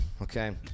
Okay